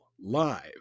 live